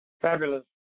fabulous